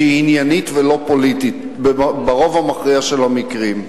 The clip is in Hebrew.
שהיא עניינית ולא פוליטית ברוב המכריע של המקרים.